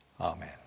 amen